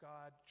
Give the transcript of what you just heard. God